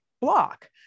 block